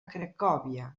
cracòvia